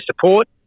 support